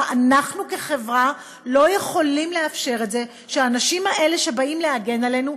אנחנו כחברה לא יכולים לאפשר שכך יקרה לאנשים האלה שבאים להגן עלינו.